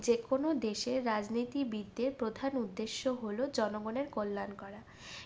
যে কোনো দেশের রাজনীতিবিদদের প্রধান উদ্দেশ্য হলো জনগণের কল্যাণ করা